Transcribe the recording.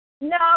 No